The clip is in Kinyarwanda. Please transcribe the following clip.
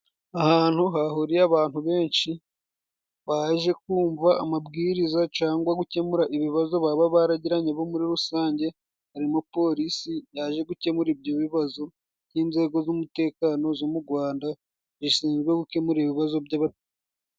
Ahantu hahuriye abantu benshi baje kumva amabwiriza cyangwa gukemura ibibazo baba baragiranye bo muri rusange .Harimo polisi yaje gukemura ibyo bibazo by'inzego z'umutekano zo mu rwanda zishinzwe gukemura ibibazo by'abo.